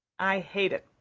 i hate it,